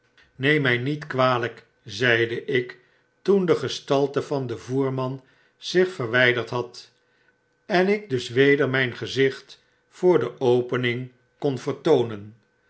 neem my niet kwalijk zeide ik toen de gestalte van den voerman zich verwyderdhad en ik dus weder mijn gezicht voor de opening kon